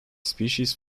species